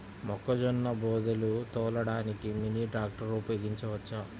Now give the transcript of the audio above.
మొక్కజొన్న బోదెలు తోలడానికి మినీ ట్రాక్టర్ ఉపయోగించవచ్చా?